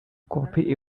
copy